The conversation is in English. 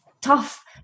tough